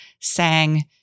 sang